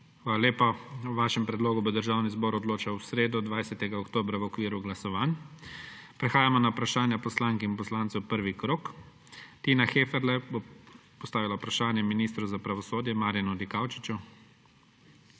Hvala lepa. O vašem predlogu bo Državni zbor odločal v sredo, 20. oktobra, v okviru glasovanj. Prehajamo na vprašanja poslank in poslancev, prvi krog. Tina Heferle bo postavila vprašanje ministru za pravosodju, Marjanu Dikaučiču.